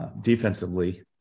defensively